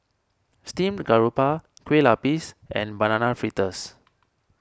Steamed Garoupa Kueh Lupis and Banana Fritters